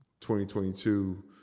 2022